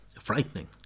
frightening